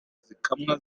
zikamwa